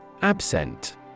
Absent